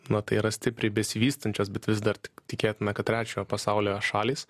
na tai yra stipriai besivystančios bet vis dar tik tikėtina kad trečiojo pasaulio šalys